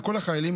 לכל החיילים,